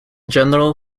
general